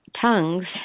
tongues